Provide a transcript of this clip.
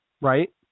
Right